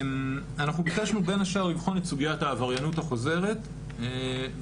אנחנו ביקשנו בין השאר לבחון את סוגיית העבריינות החוזרת ומצאנו